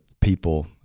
people